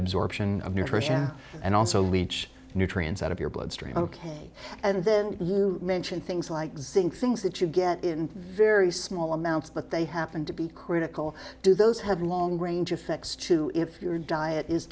absorption of nutrition and also leach nutrients out of your bloodstream ok and then you mentioned things like zinc things that you get in very small amounts but they happen to be critical do those have long range effects too if your diet is